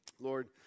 Lord